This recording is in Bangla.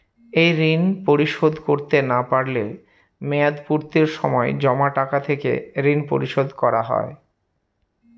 এই ঋণ পরিশোধ করতে না পারলে মেয়াদপূর্তির সময় জমা টাকা থেকে ঋণ পরিশোধ করা হয়?